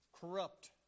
corrupt